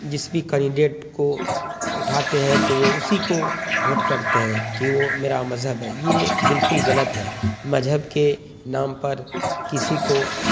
جس بھی کینڈیڈیٹ کو اٹھاتے ہیں تو وہ اسی کو ووٹ کرتے ہیں کہ وہ میرا مذہب ہے یہ بالکل غلط ہے مذہب کے نام پر کسی کو